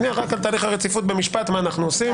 על תהליך הרציפות במשפט, מה אנחנו עושים.